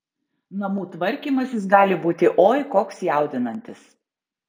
namų tvarkymasis gali būti oi koks jaudinantis